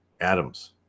atoms